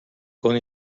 con